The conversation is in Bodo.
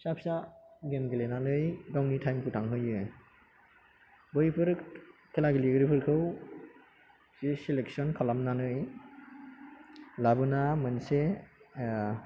फिसा फिसा गेम गेलेनानै गावनि टाइमखौ थांहोयो बैफोर खेला गेलेगिरिफोरखौ जे सिलेकशन खालामनानै लाबोना मोनसे